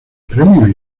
premios